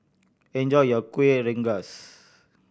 enjoy your Kueh Rengas